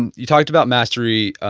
and you talked about mastery,